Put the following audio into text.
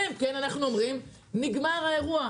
אלא אם כן אנחנו אומרים: נגמר האירוע,